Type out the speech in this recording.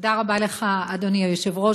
תודה רבה לך, אדוני היושב-ראש.